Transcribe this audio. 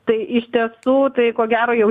tai iš tiesų tai ko gero jau